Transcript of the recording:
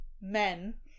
men